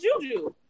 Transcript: Juju